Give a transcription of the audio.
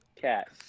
Cat